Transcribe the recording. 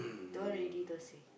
don't want already Thursday